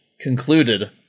concluded